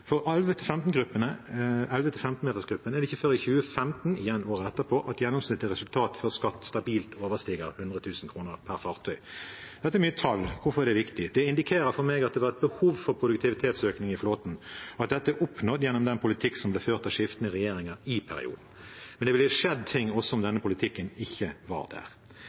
er det ikke før i 2015 – igjen: året etterpå – at gjennomsnittlig resultat før skatt stabilt overstiger 100 000 kr per fartøy. Dette er mye tall. Hvorfor er det viktig? Det indikerer for meg at det har vært et behov for produktivitetsøkning i flåten, og at dette er oppnådd gjennom den politikk som ble ført av skiftende regjeringer i perioden. Men det ville skjedd ting også om denne politikken ikke var der.